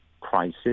crisis